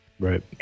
Right